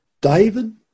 David